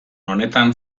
honetan